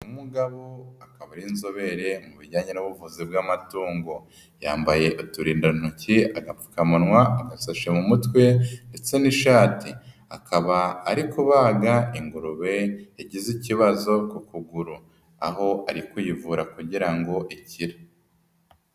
Umugabo akaba ari inzobere mu bijyanye n'ubuvuzi bw'amatungo, yambaye uturindantoki agapfukamunwa agasashe mu mutwe ndetse n'ishati akaba ari kubaga ingurube yagize ikibazo ku kuguru, aho ari kuyivura kugira ngo ikire.